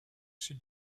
sud